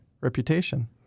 reputation